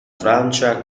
francia